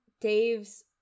dave's